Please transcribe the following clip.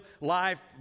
Life